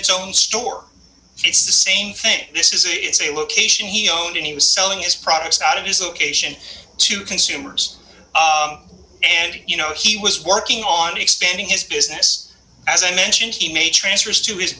it's own store it's the same thing this is it's a location he owned and he was selling his products out of this location to consumers and you know he was working on expanding his business as i mentioned he made transfers to